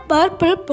Purple